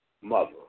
mother